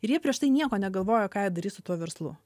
ir jie prieš tai nieko negalvojo ką jie darys su tuo verslu